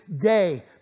day